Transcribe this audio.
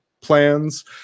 plans